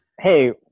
Hey